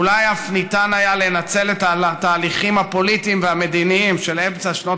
אולי אף היה ניתן לנצל את התהליכים הפוליטיים והמדיניים של אמצע שנות